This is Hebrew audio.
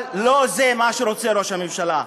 אבל לא זה מה שרוצה ראש הממשלה.